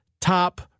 Top